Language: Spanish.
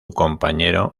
compañero